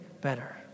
better